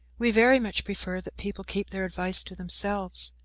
we very much prefer that people keep their advice to themselves.